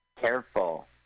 Careful